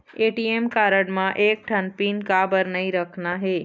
ATM card म एक ठन पिन काबर नई रखना हे?